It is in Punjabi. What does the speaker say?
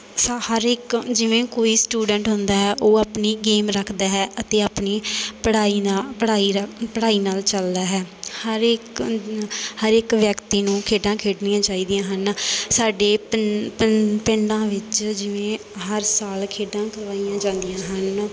ਸਾ ਹਰ ਇਕ ਜਿਵੇਂ ਕੋਈ ਸਟੂਡੈਂਟ ਹੁੰਦਾ ਹੈ ਉਹ ਆਪਣੀ ਗੇਮ ਰੱਖਦਾ ਹੈ ਅਤੇ ਆਪਣੀ ਪੜ੍ਹਾਈ ਨਾ ਪੜ੍ਹਾਈ ਰਾ ਪੜ੍ਹਾਈ ਨਾਲ ਚੱਲਦਾ ਹੈ ਹਰ ਇੱਕ ਹਰ ਇੱਕ ਵਿਅਕਤੀ ਨੂੰ ਖੇਡਾਂ ਖੇਡਣੀਆਂ ਚਾਹੀਦੀਆਂ ਹਨ ਸਾਡੇ ਧੰ ਧੰ ਪਿੰਡਾਂ ਵਿੱਚ ਜਿਵੇਂ ਹਰ ਸਾਲ ਖੇਡਾਂ ਕਰਵਾਈਆਂ ਜਾਂਦੀਆਂ ਹਨ